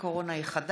ברשות יושב-ראש הכנסת,